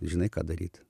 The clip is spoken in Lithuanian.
žinai ką daryti